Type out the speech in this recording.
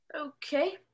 Okay